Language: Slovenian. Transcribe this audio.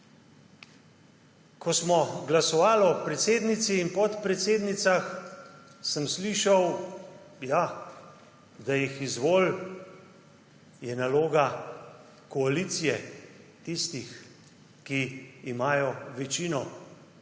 Ko smo glasovali o predsednici in podpredsednicah, sem slišal, ja, da jih izvoli, je naloga koalicije, tistih, ki imajo večino.